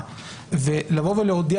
לאחר מכן